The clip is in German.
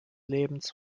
lebens